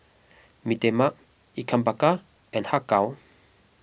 Mee Tai Mak Ikan Bakar and Har Kow